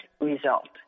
result